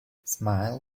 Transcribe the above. smile